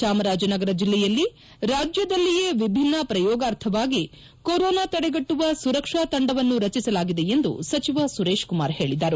ಚಾಮರಾಜನಗರ ಜಿಲ್ಲೆಯಲ್ಲಿ ರಾಜ್ಯದಲ್ಲಿಯೇ ವಿಭಿನ್ನ ಪ್ರಯೋಗಾರ್ಥವಾಗಿ ಕೊರೊನಾ ತಡೆಗಟ್ಟುವ ಸುರಕ್ಷಾ ತಂಡವನ್ನು ರಚಿಸಲಾಗಿದೆ ಎಂದು ಸಚಿವ ಸುರೇಶಕುಮಾರ್ ಹೇಳಿದರು